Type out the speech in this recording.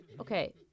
Okay